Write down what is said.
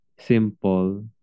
simple